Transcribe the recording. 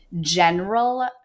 general